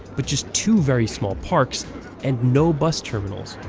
but just two very small parks and no bus terminals.